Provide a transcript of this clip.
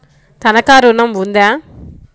తనఖా ఋణం ఉందా?